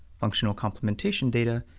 functional complementation data,